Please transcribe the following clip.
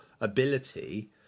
ability